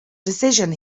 decision